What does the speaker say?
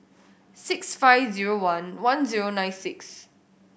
six five zero one one zero nine six